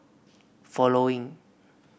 following